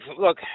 look